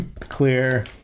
Clear